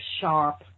sharp